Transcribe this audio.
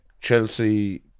Chelsea